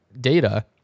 data